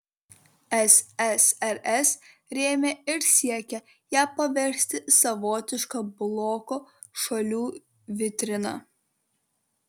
ssrs rėmė ir siekė ją paversti savotiška bloko šalių vitrina